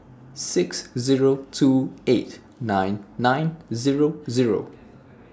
six Zero two eight nine nine Zero Zero